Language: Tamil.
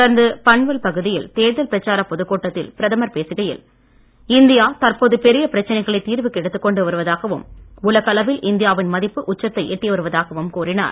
தொடர்ந்து பன்வல் பகுதியில் தேர்தல் பிரச்சார பொதுக்கூட்டத்தில் பிரதமர் பேசுகையில் இந்தியா தற்போது பெரிய பிரச்சனைகளை தீர்வுக்கு எடுத்துக் கொண்டு வருவதாகவும் உலக அளவில் இந்தியாவின் மதிப்பு உச்சத்தை எட்டிவருவதாகவும் கூறினார்